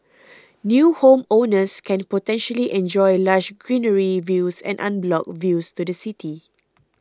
new homeowners can potentially enjoy lush greenery views and unblocked views to the city